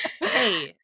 hey